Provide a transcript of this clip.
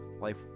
Life